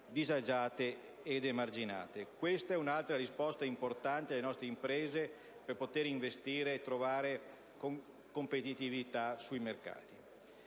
disagiate ed emarginate. Questa è un'altra risposta importante alle nostre imprese per poter investire ed essere competitive sui mercati.